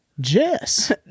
Jess